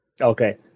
Okay